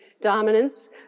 dominance